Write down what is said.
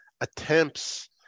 attempts